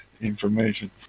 Information